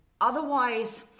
otherwise